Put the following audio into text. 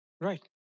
Right